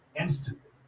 instantly